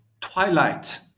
twilight